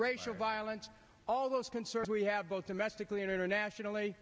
racial violence all those concerns we have both domestically and internationally